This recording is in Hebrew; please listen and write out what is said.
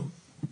טוב,